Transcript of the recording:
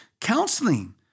counseling